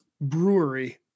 brewery